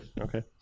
Okay